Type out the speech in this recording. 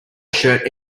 shirt